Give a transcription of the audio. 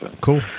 Cool